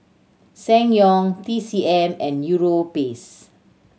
Ssangyong T C M and Europace